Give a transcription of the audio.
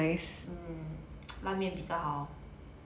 mm 拉面比较好